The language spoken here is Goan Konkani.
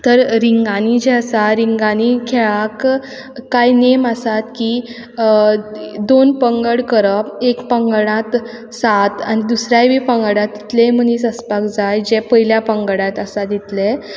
तर रिंगांनी जे आसा रिंगांनी खेळाक कांय नेम आसात की दोन पंगड करप एक पंगडांत सात आनी दुसऱ्याय बी पंगडांत कितलेय मनीस आसपाक जाय जे पयल्या पंगडांत आसा तितले